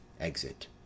Exit